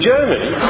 Germany